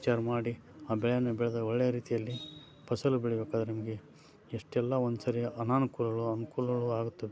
ವಿಚಾರ ಮಾಡಿ ಆ ಬೆಳೆಯನ್ನು ಬೆಳೆದರೆ ಒಳ್ಳೆಯ ರೀತಿಯಲ್ಲಿ ಫಸಲು ಬೆಳಿಬೇಕಾದರೆ ನಮಗೆ ಎಷ್ಟೆಲ್ಲ ಒಂದುಸರಿ ಅನನುಕೂಲಗಳು ಅನುಕೂಲಗಳು ಆಗುತ್ತದೆ